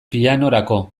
pianorako